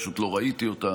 פשוט לא ראיתי אותה,